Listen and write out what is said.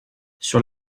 sur